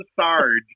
Sarge